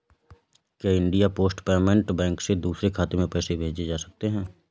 क्या India post payment bank से दूसरे खाते में पैसे भेजे जा सकते हैं?